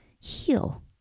heal